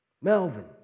Melvin